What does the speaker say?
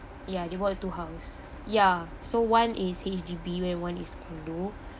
ya they bought two house ya so one is H_D_B where one is condo